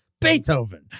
Beethoven